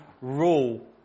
rule